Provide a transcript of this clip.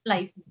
Life